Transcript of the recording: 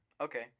Okay